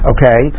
Okay